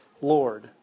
Lord